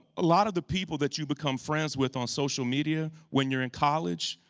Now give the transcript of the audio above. a lot of the people that you become friends with on social media when you're in college,